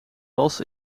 was